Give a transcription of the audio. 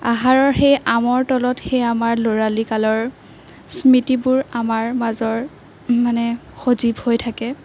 আহাৰৰ সেই আমৰ তলত সেই আমাৰ ল'ৰালি কালৰ স্মৃতিবোৰ আমাৰ মাজৰ মানে সজীৱ হৈ থাকে